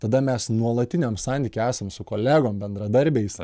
tada mes nuolatiniam santyky esam su kolegom bendradarbiais